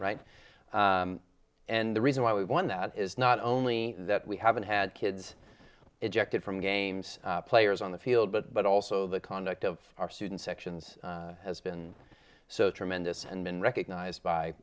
right and the reason why we won that is not only that we haven't had kids ejected from games players on the field but also the conduct of our student sections has been so tremendous and been recognized by